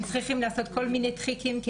הן צריכות לעשות כל מיני טריקים,